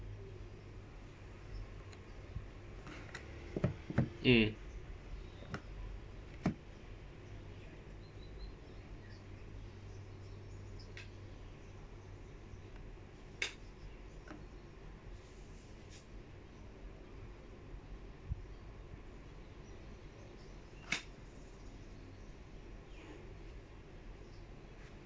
mm